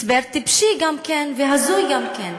הסבר טיפשי גם כן והזוי גם כן.